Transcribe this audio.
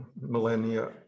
millennia